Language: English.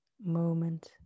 moment